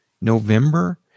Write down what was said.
November